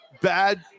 Bad